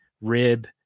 rib